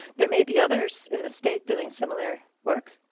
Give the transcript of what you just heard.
there may be others in the state doing similar work.